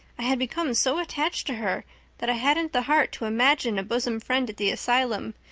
i had become so attached to her that i hadn't the heart to imagine a bosom friend at the asylum,